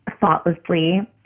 thoughtlessly